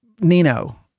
Nino